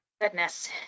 Goodness